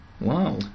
Wow